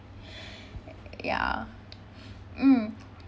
ya mm